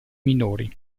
minori